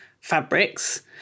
fabrics